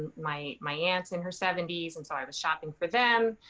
my my aunt's in her seventy s. and so i was shopping for them,